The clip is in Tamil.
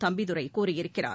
தம்பிதுரை கூறியிருக்கிறார்